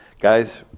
Guys